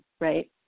right